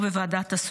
או בוועדת תעסוקה,